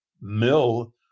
mill